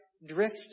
Drift